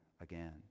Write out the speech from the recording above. again